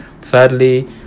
Thirdly